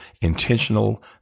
intentional